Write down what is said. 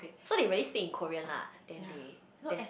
so they really speak in Korean lah then they there